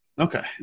Okay